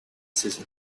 season